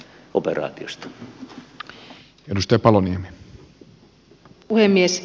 arvoisa puhemies